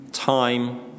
Time